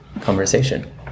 conversation